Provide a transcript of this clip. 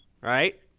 right